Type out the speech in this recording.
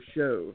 Show